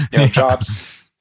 jobs